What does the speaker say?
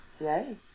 Yay